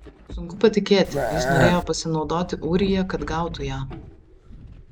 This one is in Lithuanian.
sunku patikėti jis norėjo pasinaudoti ūrija kad gautų ją